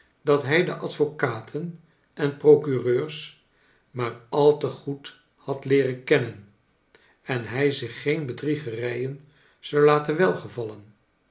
dat hij de advocaten en procureurs maar al te good had leeren kennen en hij zich geen bedrxegerijen zou laten welgevallen